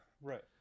Right